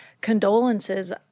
condolences